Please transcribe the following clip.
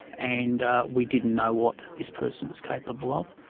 and we didn't know what this person was capable of.